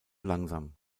langsam